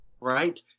Right